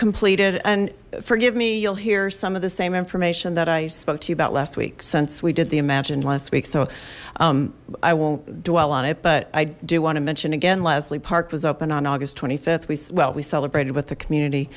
completed and forgive me you'll hear some of the same information that i spoke to you about last week since we did the imagine last week so i won't dwell on it but i do want to mention again leslie park was opened on august th we well we celebrated with the community